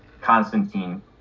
Constantine